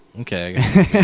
Okay